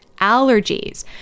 allergies